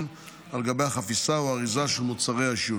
על גבי החפיסה או האריזה של מוצרי העישון,